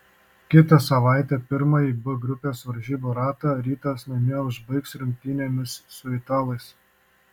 kitą savaitę pirmąjį b grupės varžybų ratą rytas namie užbaigs rungtynėmis su italais